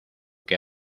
que